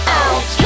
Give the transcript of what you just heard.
out